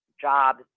jobs